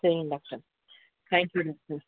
சரிங்க doctor thank you doctor